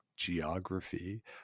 geography